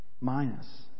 minus